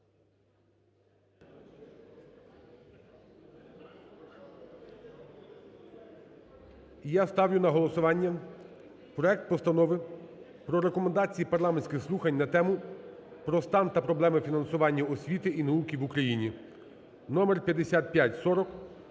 Я ставлю на голосування проект Постанови про Рекомендації парламентських слухань на тему: "Про стан та проблеми фінансування освіти і науки в Україні" (номер 5540)